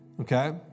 okay